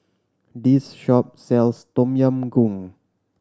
this shop sells Tom Yam Goong